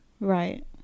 Right